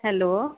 hello